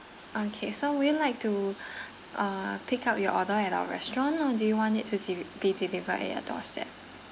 okay so would you like to uh pick up your order at our restaurant or do you want it to to be delivered at your doorstep